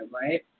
right